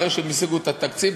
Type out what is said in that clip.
אחרי שהם השיגו את התקציב,